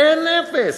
אין אפס,